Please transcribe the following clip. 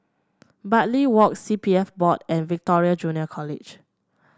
Bartley Walk C P F Board and Victoria Junior College